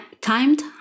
timed